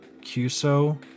Cuso